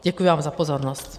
Děkuji vám za pozornost.